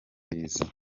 babizi